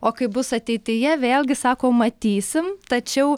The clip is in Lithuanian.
o kaip bus ateityje vėlgi sako matysim tačiau